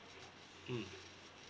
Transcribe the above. mm